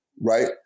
right